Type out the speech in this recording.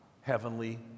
heavenly